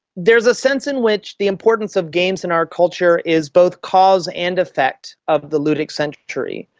there's a sense in which the importance of games in our culture is both cause and effect of the ludic century,